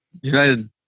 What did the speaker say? United